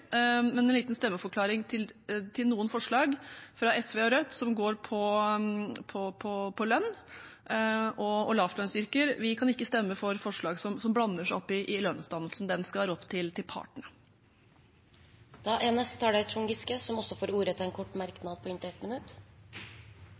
men en liten stemmeforklaring til noen forslag fra SV og Rødt, som går på lønn og lavlønnsyrker: Vi kan ikke stemme for forslag som blander seg opp i lønnsdannelsen – den skal være opp til partene. Representanten Trond Giske har hatt ordet to ganger tidligere og får ordet til en kort